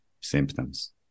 symptoms